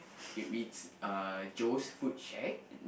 it reads uh Joe's food shack